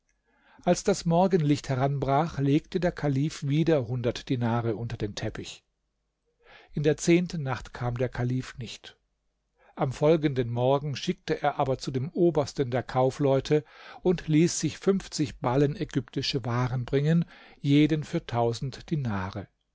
als das morgenlicht heranbrach legte der kalif wieder hundert dinare unter den teppich in der zehnten nacht kam der kalif nicht am folgenden morgen schickte er aber zu dem obersten der kaufleute und ließ sich fünfzig ballen ägyptische waren bringen jeden für tausend dinare